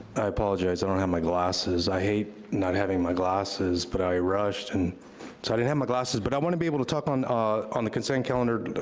i apologize, i don't have my glasses. i hate not having my glasses, but i rushed, and so i didn't have my glasses, but i want to be able to talk on ah on the consent calendar,